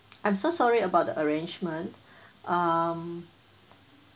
I'm so sorry about the arrangement um